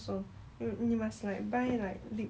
I have eh